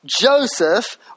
Joseph